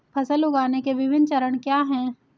फसल उगाने के विभिन्न चरण क्या हैं?